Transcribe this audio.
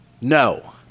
No